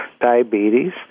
diabetes